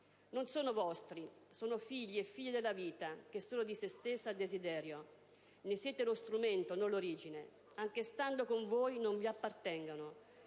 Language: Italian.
non sono vostri, sono figli e figlie della vita che solo di se stessa ha desiderio. Ne siete lo strumento, non l'origine. Anche stando con voi non vi appartengono.